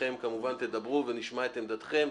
שניכם כמובן תדברו ונשמע את עמדתכם,